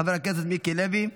חבר הכנסת מיקי לוי,